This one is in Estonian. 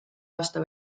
aasta